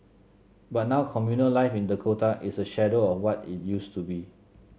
but now communal life in Dakota is a shadow of what it used to be